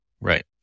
right